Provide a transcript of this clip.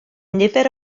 nifer